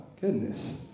goodness